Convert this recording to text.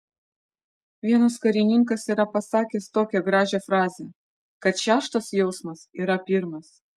vienas karininkas yra pasakęs tokią gražią frazę kad šeštas jausmas yra pirmas